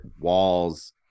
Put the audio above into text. Walls